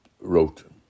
wrote